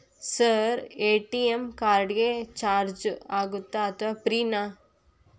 Sir ATM card ಗೆ charge ಆಗುತ್ತಾ ಅಥವಾ ಫ್ರೇ ನಾ?